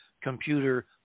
computer